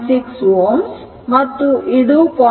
6 Ωಮತ್ತು ಇದು 0